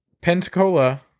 Pensacola